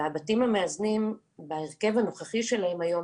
הבתים המאזנים בהרכב הנוכחי שלהם היום